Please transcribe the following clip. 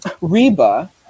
Reba